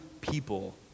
people